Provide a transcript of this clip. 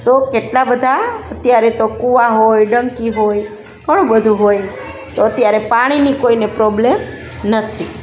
તો કેટલાં બધાં અત્યારે તો કૂવા હોય ડંકી હોય ઘણું બધુ હોય તો અત્યારે પાણીનો કોઈને પ્રોબ્લ્મ નથી